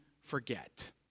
forget